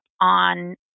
on